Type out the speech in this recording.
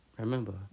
Remember